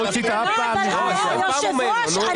לא הוצאת אף פעם --- היושב ראש,